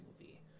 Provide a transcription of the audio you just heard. movie